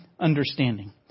understanding